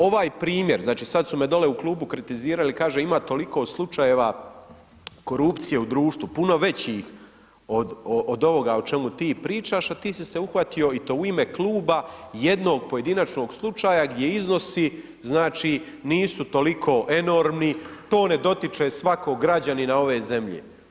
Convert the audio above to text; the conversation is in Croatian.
Ovaj primjer znači sada su me dole u klubu kritizirali, kaže ima toliko slučajeva korupcije, u društvu, puno većih od ovoga o čemu ti pričaš, a ti si se uhvatio i to u ime kluba, jednog pojedinačnog slučaja, gdje iznosi, znači nisu toliko enormni, to ne dotiče svakog građanina ove zemlje.